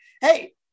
hey